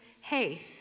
hey